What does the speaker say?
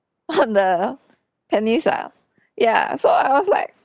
not the penis lah ya so I was like